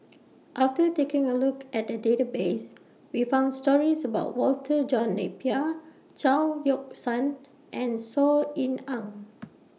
after taking A Look At The Database We found stories about Walter John Napier Chao Yoke San and Saw Ean Ang